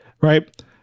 right